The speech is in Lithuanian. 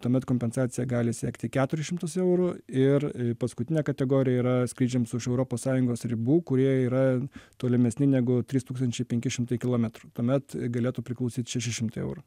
tuomet kompensacija gali siekti keturis šimtus eurų ir paskutinė kategorija yra skrydžiams už europos sąjungos ribų kurie yra tolimesni negu trys tūkstančiai penki šimtai kilometrų tuomet galėtų priklausyt šeši šimtai eurų